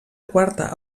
quarta